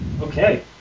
Okay